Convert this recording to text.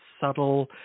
subtle